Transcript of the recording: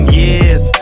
years